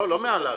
לא מעל העלות.